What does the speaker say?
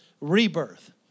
rebirth